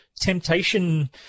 temptation